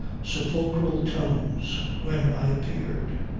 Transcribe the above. sepulchral tones when i appeared.